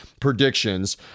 predictions